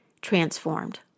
transformed